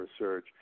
research